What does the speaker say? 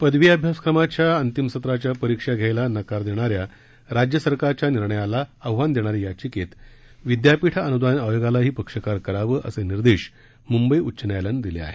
पदवी अभ्यासक्रमाच्या अंतिम सत्राच्या परीक्षा घ्यायला नकार देणाऱ्या राज्य सरकारच्या निर्णयाला आव्हान देणाऱ्या याधिकेत विद्यापीठ अनुदान आयोगालाही पक्षकार करावं असे निर्देश मुंबई उच्च न्यायालयानं दिले आहेत